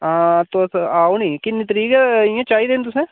हां तुस आओ नी किन्नी तरीक इ'यां चाहिदे ने तुसें